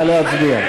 נא להצביע.